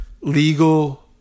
legal